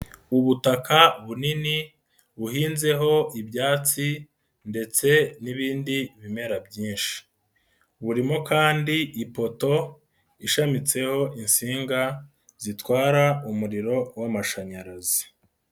Ubutaka bunini buhinzeho ibyatsi ndetse n'ibindi bimera byinshi. Burimo kandi ipoto ishamitseho insinga zitwara umuriro w'amashanyarazi.